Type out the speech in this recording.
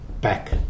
back